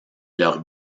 leur